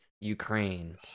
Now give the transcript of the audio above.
Ukraine